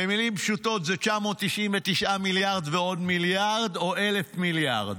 במילים פשוטות זה 999 מיליארד ועוד מיליארד או 1,000 מיליארד.